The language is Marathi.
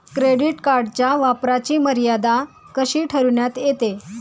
क्रेडिट कार्डच्या वापराची मर्यादा कशी ठरविण्यात येते?